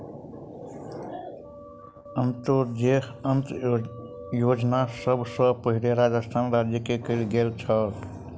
अन्त्योदय अन्न योजना सभ सॅ पहिल राजस्थान राज्य मे कयल गेल छल